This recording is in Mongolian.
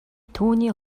түүний